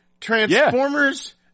transformers